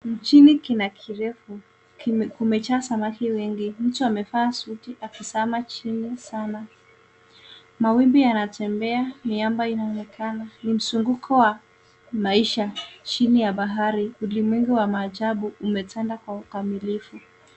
Majini kina kirefu. Kumejaa samaki wengi. Mtu amevaa suti akizama chini sana. Mawimbi yanatembea . Miamba inaonekana. Ni mzunguko wa maisha chini ya bahari . Ulimwengu wa maajabu umetanda kwa ukamilifu.